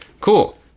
Cool